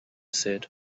said